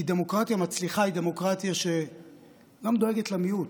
כי דמוקרטיה מצליחה היא דמוקרטיה שגם דואגת למיעוט,